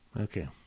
Okay